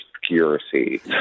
obscurity